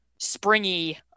springy